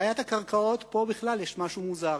בעיית הקרקעות, פה בכלל יש משהו מוזר.